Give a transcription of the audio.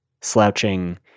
slouching